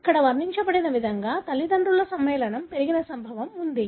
ఇక్కడ వర్ణించబడిన విధంగా తల్లిదండ్రుల సమ్మేళనం పెరిగిన సంభవం ఉంది